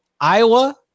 Iowa